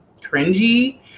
cringy